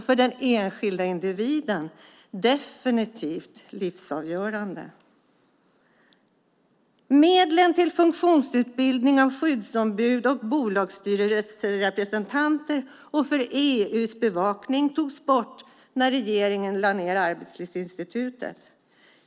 För den enskilde individen är de definitivt livsavgörande. Medlen till funktionsutbildning av skyddsombud och bolagsstyrelserepresentanter samt för EU-bevakning togs bort när regeringen lade ned Arbetslivsinstitutet.